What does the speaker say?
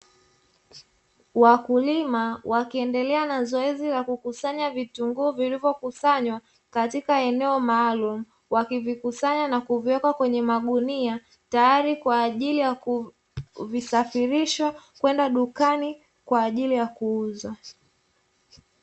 Wakulima wakiendelea na zoezi la kukusanya vitunguu vilivyokusanywa katika eneo maalumu, wakivikusanya na kuviweka kwenye magunia tayari kwa ajili ya kuvisafirishwa kwenda dukani kwa ajili ya kuuzwa.